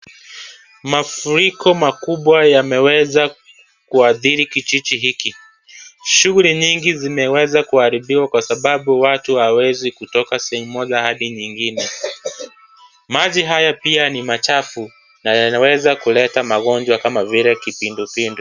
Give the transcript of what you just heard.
Mafuriko makubwa yameweza kuathiriwa kijiji hiki, shughuli nyingi zimeweza kuharibika kwa sababu watu hawawezi kutoka sehemu moja hadi nyingine. Maji haya, pia ni machafu na yanaweza kuleta magonjwa kama vile, kipindupindu.